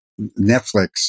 Netflix